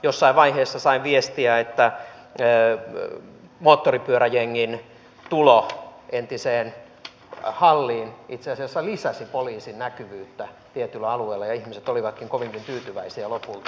jossain vaiheessa sain viestiä että moottoripyöräjengin tulo entiseen halliin itse asiassa lisäsi poliisin näkyvyyttä tietyllä alueella ja ihmiset olivatkin kovinkin tyytyväisiä lopulta